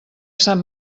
sant